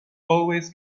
always